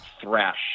thrash